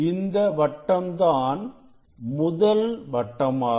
இந்த வட்டம் தான் முதல் வட்டமாகும்